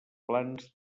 plans